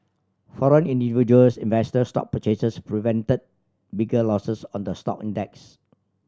foreign and individuals investor stock purchases prevented bigger losses on the stock index